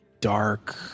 dark